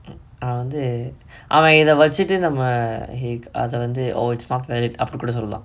அவ வந்து அவ இத வச்சிட்டு நம்ம:ava vanthu ava itha vachchitu namma he it அத வந்து:atha vanthu oh it's not valid அப்புடிகூட சொல்லலா:appudikooda sollalaa